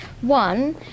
One